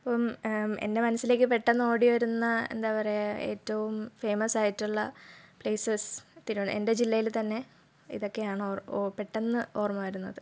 അപ്പം എൻ്റെ മനസ്സിലേക്ക് പെട്ടെന്ന് ഓടി വരുന്ന എന്താണ് പറയുക ഏറ്റവും ഫേമസ് ആയിട്ടുള്ള പ്ലേസസ് തിരുവന എൻ്റെ ജില്ലയിൽ തന്നെ ഇതൊക്കെയാണ് ഓ പെട്ടെന്ന് ഓർമ്മ വരുന്നത്